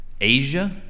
Asia